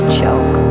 choke